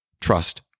trust